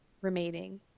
remaining